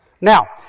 Now